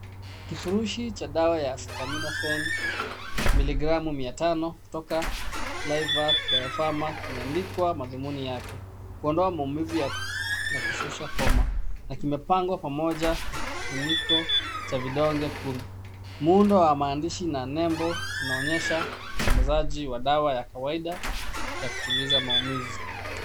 Kifurushi cha dawa ya Acetaminophen miligramu mia tano kutoka Liveath Bio-pharmac imeandikwa madhumuni yake kuondoa maumivu na kushusha homa na kimepangwa kwa pamoja na kifuniko cha vidonge kumi. Muundo wa maandishi na nembo unaonyesha usambazaji wa dawa ya kawaida ya kutuliza maumivu.